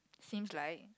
seems like